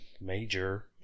major